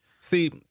See